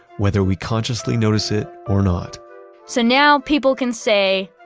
whether we consciously notice it or not so now people can say,